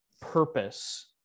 purpose